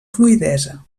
fluïdesa